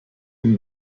dem